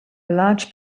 large